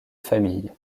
famille